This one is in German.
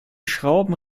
schrauben